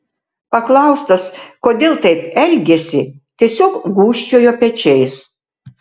paklaustas kodėl taip elgėsi tiesiog gūžčiojo pečiais